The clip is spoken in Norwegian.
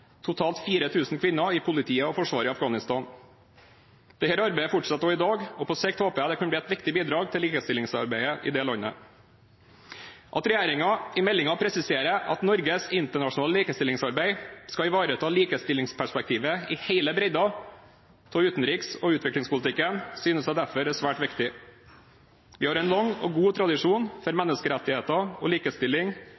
totalt 4 000 kvinner i politiet og forsvaret i Afghanistan. Dette arbeidet fortsetter også i dag, og på sikt håper jeg det kan bli et viktig bidrag til likestillingsarbeidet i det landet. At regjeringen i meldingen presiserer at Norges internasjonale likestillingsarbeid skal ivareta likestillingsperspektivet i hele bredden av utenriks- og utviklingspolitikken, synes jeg derfor er svært viktig. Vi har en lang og god tradisjon for